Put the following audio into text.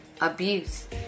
abuse